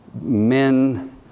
men